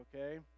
okay